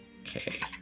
Okay